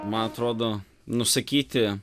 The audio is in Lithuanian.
man atrodo nusakyti